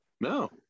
No